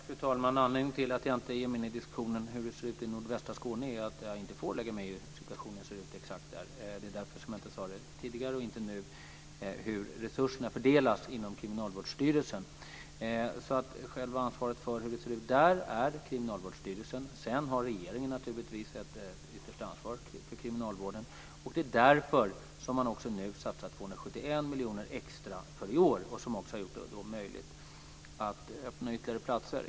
Fru talman! Anledningen till att jag inte ger mig in i diskussionen om hur det ser ut i nordvästra Skåne är att jag inte får lägga mig i hur situationen ser ut exakt där. Det är därför som jag inte tog upp tidigare, och inte nu heller, hur resurserna fördelas inom Kriminalvårdsstyrelsen. Själva ansvaret för hur det ser ut där är Kriminalvårdsstyrelsens. Sedan har regeringen naturligtvis ett yttersta ansvar för kriminalvården, och det är därför som man också nu satsar 271 miljoner extra för i år vilket också har gjort det möjligt att öppna ytterligare platser.